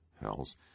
Hells